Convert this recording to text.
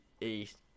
East